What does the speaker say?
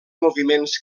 moviments